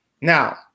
Now